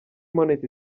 monitor